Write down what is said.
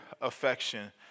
affection